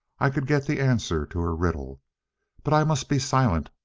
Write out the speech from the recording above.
i could get the answer to her riddle but i must be silent,